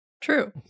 True